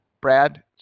Brad